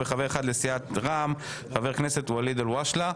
וחבר אחד לסיעת רע"מ, חבר הכנסת ואליד אל הואשלה.